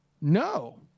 no